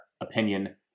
opinion